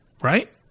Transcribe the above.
right